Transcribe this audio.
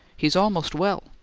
he's almost well.